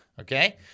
Okay